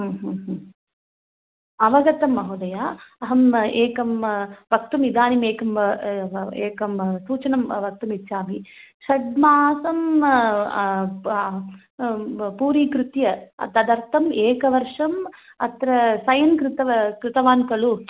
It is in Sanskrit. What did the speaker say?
अवगतं महोदय अहम् एकं वक्तुम् इदानीमेकम् एकं सूचनं वक्तुमिच्छामि षड्मासं पूरीकृत्य तदर्थम् एकवर्षम् अत्र सैन् कृतवा कृतवान् खलु